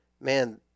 man